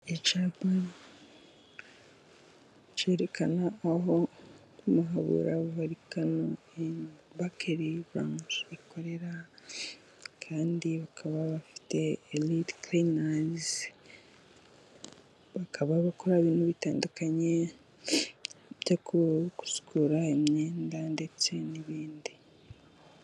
Icyapa cyerekana aho muhabura vorukano ini bakeri brance ikorera, kandi bakaba bafite erite krinazi, bakaba bakora ibintu bitandukanye byo gusukura imyenda ndetse n'ibindi.